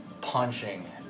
punching